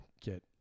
get